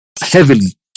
heavily